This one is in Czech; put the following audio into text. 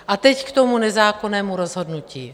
A teď k tomu nezákonnému rozhodnutí.